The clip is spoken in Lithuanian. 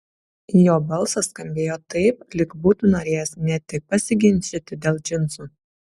jo balsas skambėjo taip lyg būtų norėjęs ne tik pasiginčyti dėl džinsų